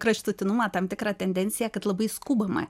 kraštutinumą tam tikrą tendenciją kad labai skubama